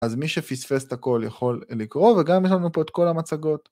אז מי שפספס את הכל יכול לקרוא, וגם יש לנו פה את כל המצגות.